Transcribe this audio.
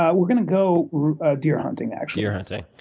um we're going to go ah deer hunting actually. deer hunting.